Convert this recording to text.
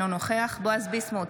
אינו נוכח בועז ביסמוט,